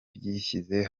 byishyize